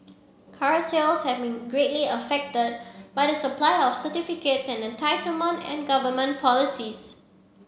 car sales can be greatly affected by the supply of certificates an entitlement and government policies